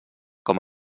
com